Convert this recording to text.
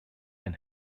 can